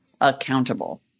accountable